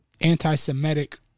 anti-Semitic